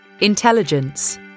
intelligence